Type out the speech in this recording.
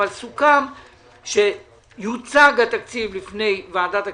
אבל סוכם שיוצג התקציב לפני ועדת הכספים.